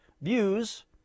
views